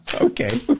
Okay